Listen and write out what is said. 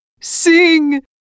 sing